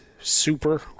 super